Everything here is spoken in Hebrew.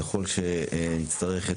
ככל שנצטרך,